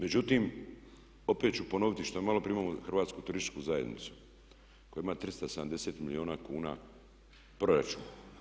Međutim, opet ću ponoviti što i maloprije imamo Hrvatsku turističku zajednicu koja ima 370 milijuna kuna proračun.